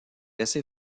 assez